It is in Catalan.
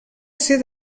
ser